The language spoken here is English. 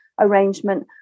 arrangement